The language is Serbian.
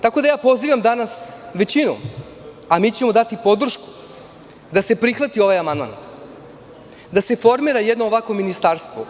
Tako da, danas pozivam većinu, a mi ćemo dati podršku da se prihvati ovaj amandman, da se formira jednog ovakvo ministarstvo.